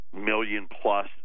million-plus